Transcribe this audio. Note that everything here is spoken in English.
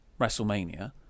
WrestleMania